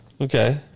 Okay